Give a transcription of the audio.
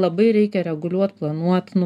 todėl labai reikia reguliuoti planuoti nu